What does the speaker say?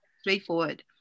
straightforward